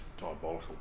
Diabolical